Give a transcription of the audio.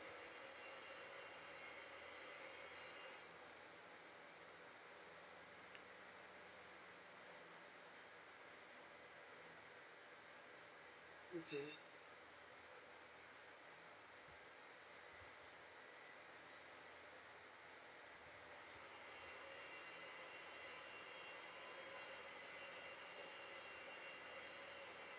okay